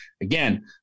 again